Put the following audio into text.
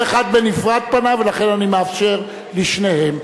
כל אחד פנה בנפרד, ולכן אני מאפשר לשניהם.